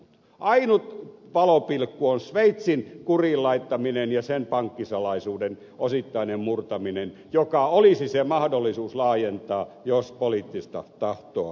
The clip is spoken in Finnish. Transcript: ainut valopilkku on sveitsin kuriin laittaminen ja sen pankkisalaisuuden osittainen murtaminen joka olisi se mahdollisuus laajentaa jos poliittista tahtoa olisi olemassa